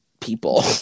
people